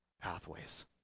pathways